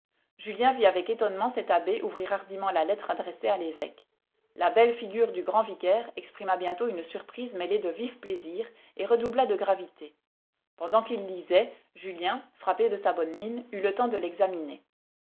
julien vit avec étonnement cet abbé ouvrir hardiment la lettre adressée à l'évêque la belle figure du grand vicaire exprima bientôt une surprise mêlée de vif plaisir et redoubla de gravité pendant qu'il lisait julien frappé de sa bonne mine eut le temps de l'examiner